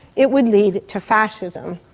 it would lead to fascism.